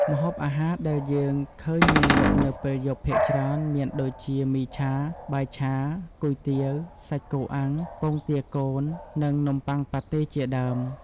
ម្ហូបអាហារដែលយើងឃើញមានលក់នៅពេលយប់ភាគច្រើន មានដូចជា មីឆា បាយឆា គុយទាវ សាច់គោអាំង ពងទាកូន និងនំបុ័ងប៉ាត់តេ ជាដើម។